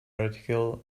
article